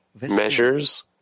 measures